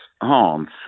Hans